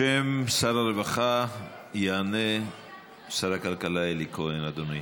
בשם שר הרווחה יענה שר הכלכלה אלי כהן.